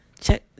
check